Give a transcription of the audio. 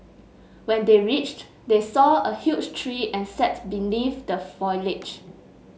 when they reached they saw a huge tree and sat beneath the foliage